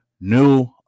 new